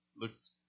looks